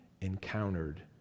encountered